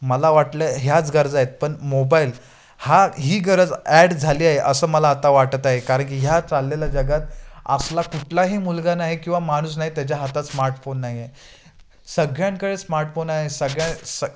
मला वाटलं ह्याच गरज आहेत पण मोबाईल हा ही गरज ॲड झाली आहे असं मला आता वाटत आहे कारण की ह्या चाललेल्या जगात असला कुठलाही मुलगा नाही किंवा माणूस नाही त्याच्या हातात स्मार्टफोन नाहीये सगळ्यांकडे स्मार्टफोन आहे सगळ्या स